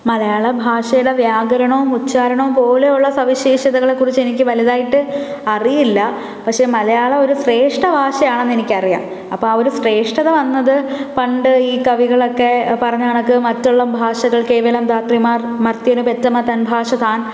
മലയാളഭാഷയുടെ വ്യാകരണവും ഉച്ഛാരണവും പോലെയുള്ള സവിശേഷതകളെക്കുറിച്ച് എനിക്ക് വലുതായിട്ട് അറിയില്ല പക്ഷേ മലയാളം ഒരു ശ്രേഷ്ഠ ഭാഷയാണെന്നെനിക്കറിയാം അപ്പം ആ ഒരു ശ്രേഷ്ഠത വന്നത് പണ്ട് ഈ കവികളൊക്കെ പറഞ്ഞകണക്ക് മറ്റുള്ള ഭാഷകൾ കേവലം ധാത്രിമാർ മർത്ത്യന് പെറ്റമ്മ തൻ ഭാഷതാൻ